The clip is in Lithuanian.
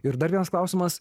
ir dar vienas klausimas